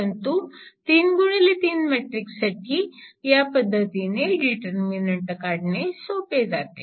परंतु 3 गुणिले 3 मॅट्रिक्स साठी या पद्धतीने डीटरर्मिनंट काढणे सोपे जाते